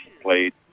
played